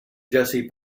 jessie